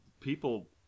people